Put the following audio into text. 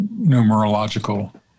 numerological